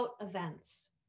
events